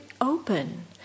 open